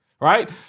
right